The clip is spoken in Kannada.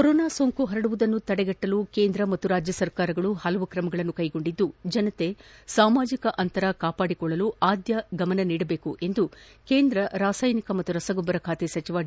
ಕೊರೋನಾ ಸೋಂಕು ಪರಡುವುದನ್ನ ತಡೆಗಟ್ಟಲು ಕೇಂದ್ರ ಪಾಗೂ ರಾಜ್ಯಸರ್ಕಾರ ಪಲವು ಕ್ರಮಗಳನ್ನು ಕೈಗೊಂಡಿದ್ದು ಜನತೆ ಸಾಮಾಜಿಕ ಅಂತರ ಕಾಪಾಡಿಕೊಳ್ಳಲು ಆದ್ಯತೆ ಗಮನ ನೀಡಬೇಕು ಎಂದು ಕೇಂದ್ರ ರಾಸಾಯನಿಕ ಮತ್ತು ರಸಗೊಬ್ಬರ ಖಾತೆ ಸಚಿವ ಡಿ